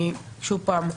שוב פעם,